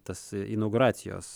tas inauguracijos